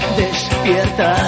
despierta